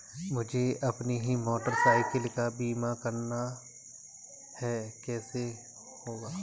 मुझे अपनी motorcycle का बीमा करना है कैसे होगा?